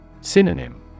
Synonym